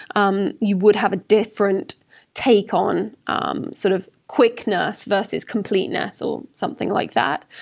um you would have a different take on um sort of quickness, versus completeness, or something like that.